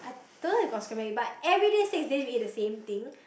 don't know if got so many but every day six days we eat the same thing